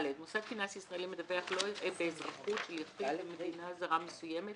מוסד פיננסי ישראלי מדווח לא יראה באזרחות של יחיד במדינה זרה מסוימת